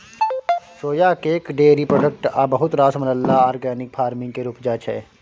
सोया cake, dairy product आ बहुत रास मसल्ला आर्गेनिक फार्मिंग केर उपजा छै